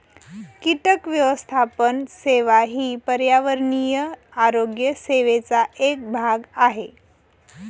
कीटक व्यवस्थापन सेवा ही पर्यावरणीय आरोग्य सेवेचा एक भाग आहे